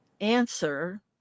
answer